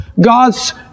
God's